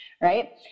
right